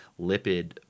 lipid